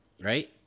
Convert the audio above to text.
right